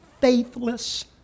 faithless